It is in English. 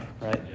right